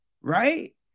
Right